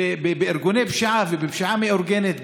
בארגוני פשיעה ובפשיעה מאורגנת,